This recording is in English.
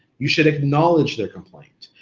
you should acknowledge their complaint,